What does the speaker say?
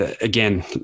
Again